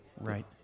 right